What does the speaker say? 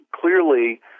clearly